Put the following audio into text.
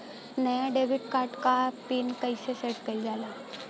नया debit card क PIN कईसे सेट कईल जाला?